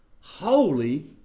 Holy